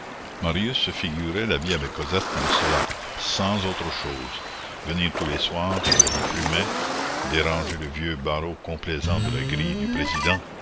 marius se figurait la vie avec cosette comme cela sans autre chose venir tous les soirs rue plumet déranger le vieux barreau complaisant de la grille du président